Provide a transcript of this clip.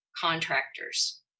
contractors